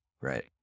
Right